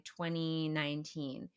2019